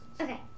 Okay